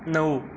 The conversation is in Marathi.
नऊ